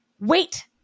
Wait